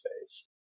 space